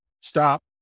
Stop